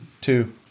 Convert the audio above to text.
Two